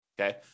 okay